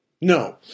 No